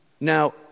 Now